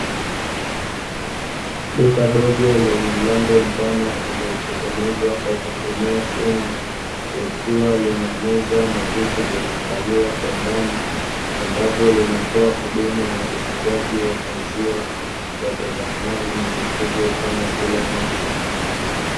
Duka dogo lenye mlango mpana uliotengenezwa kwa kutumia chuma likiwa lina meza na viti vya kukalia kwa ndani, ambapo linatoa huduma ya uuzaji wa maziwa yatokanayo na mifugo kama vile ng'ombe.